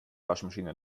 waschmaschine